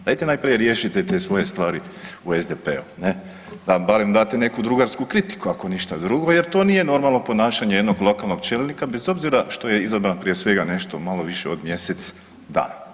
Dajte najprije riješite te svoje stvari u SDP-u ne, da nam date barem neku drugarsku kritiku ako ništa drugo jer to nije normalno ponašanje jednog lokalnog čelnika bez obzira što je izabran prije svega nešto malo više od mjesec dana.